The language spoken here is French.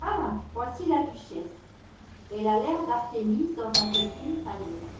ah voici la duchesse elle a l'air d'artliémise dans un costume tailleur